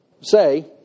say